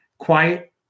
Quiet